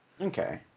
okay